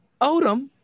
Odom